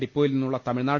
ഡിപ്പോയിൽ നിന്നുള്ള തമിഴ് ആർ